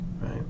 right